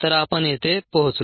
तर आपण येथे पोहोचलो